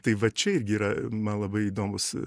tai va čia irgi yra man labai įdomūs